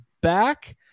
back